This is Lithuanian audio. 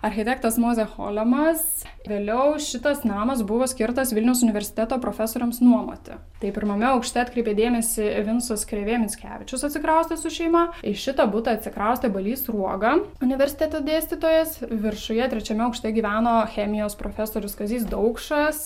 architektas mozė cholemas vėliau šitas namas buvo skirtas vilniaus universiteto profesoriams nuomoti tai pirmame aukšte atkreipėt dėmesį vincas krėvė mickevičius atsikraustė su šeima į šitą butą atsikraustė balys sruoga universiteto dėstytojas viršuje trečiame aukšte gyveno chemijos profesorius kazys daukšas